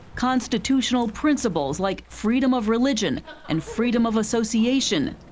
constitutional principles like freedom of religion and freedom of association.